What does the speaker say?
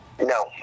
No